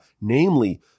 namely